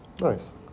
Nice